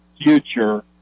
future